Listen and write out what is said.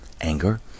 anger